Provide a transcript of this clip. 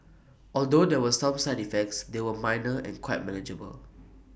although there were some side effects they were minor and quite manageable